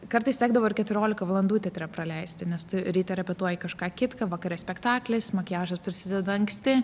kartais tekdavo ir keturiolika valandų teatre praleisti nes tu ryte repetuoji kažką kitką vakare spektaklis makiažas prasideda anksti